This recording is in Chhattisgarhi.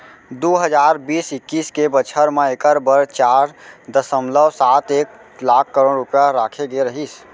दू हजार बीस इक्कीस के बछर म एकर बर चार दसमलव सात एक लाख करोड़ रूपया राखे गे रहिस